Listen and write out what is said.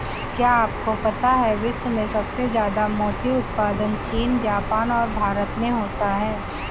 क्या आपको पता है विश्व में सबसे ज्यादा मोती उत्पादन चीन, जापान और भारत में होता है?